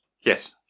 Yes